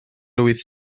wyth